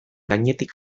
gainetik